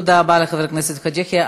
תודה רבה לחבר הכנסת חאג' יחיא.